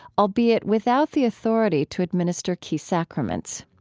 albeit without the authority to administer key sacraments.